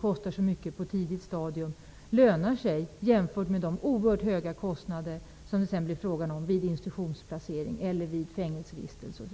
kostar relativt litet. De lönar sig jämfört med de oerhört höga kostnader som det blir fråga om vid institutionsplacering eller fängelsevistelse.